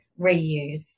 reuse